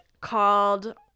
called